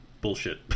bullshit